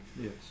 Yes